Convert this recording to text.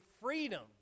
freedom